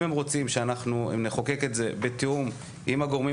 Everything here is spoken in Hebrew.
אם הם רוצים שאנחנו נחוקק את זה בתיאום עם הגורמים